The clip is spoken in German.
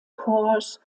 corps